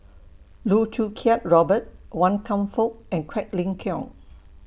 Loh Choo Kiat Robert Wan Kam Fook and Quek Ling Kiong